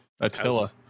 Attila